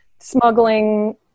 smuggling